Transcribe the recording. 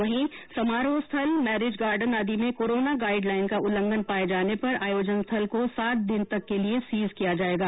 वहीं समारोहस्थल marriage garden आदि में कोरोना गाइड लाइन का उल्लंघन पाए जाने पर आयोजन स्थल को सात दिन तक सीज किया जाएगा